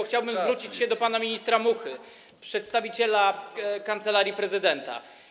Chciałbym zwrócić się do pana ministra Muchy, przedstawiciela Kancelarii Prezydenta.